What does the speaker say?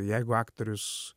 jeigu aktorius